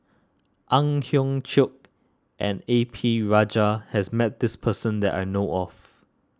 Ang Hiong Chiok and A P Rajah has met this person that I know of